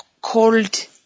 Cold